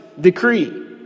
decree